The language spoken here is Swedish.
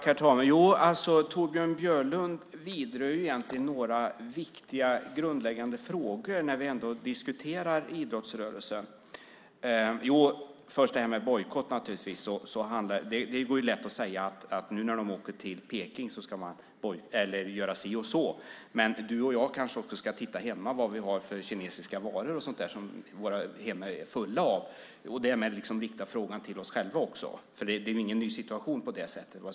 Herr talman! Torbjörn Björlund vidrör egentligen några viktiga och grundläggande frågor när vi diskuterar idrottsrörelsen. Jag ska först säga något när det gäller en bojkott. Det går lätt att säga att när de nu åker till Peking ska de göra si och så. Men Torbjörn Björlund och jag kanske också ska titta vad vi har för kinesiska varor hemma - våra hem är fulla med sådana - och därmed rikta frågan till oss själva. Det är ingen ny situation.